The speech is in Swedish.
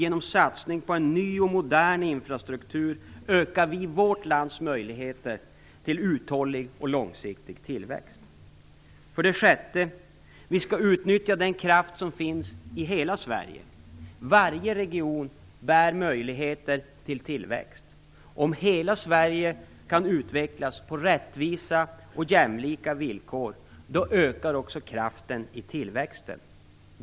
Genom satsning på en ny och modern infrastruktur ökar vi vårt lands möjligheter till uthållig och långsiktig tillväxt. För det sjätte: Vi skall utnyttja den kraft som finns i hela Sverige. Varje region bär på möjligheter till tillväxt.